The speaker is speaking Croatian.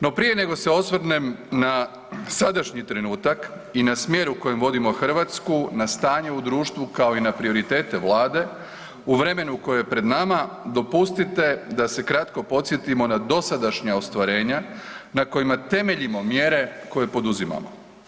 No, prije nego se osvrnem na sadašnji trenutak i na smjer u kojem vodimo Hrvatsku, na stanje u društvu kao i na prioritete Vlade u vremenu koje je pred nama dopustite da se kratko podsjetimo na dosadašnja ostvarenja na kojima temeljimo mjere koje poduzimamo.